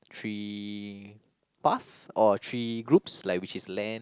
three path or three groups like which is land